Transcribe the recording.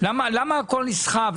למה הכול נסחב?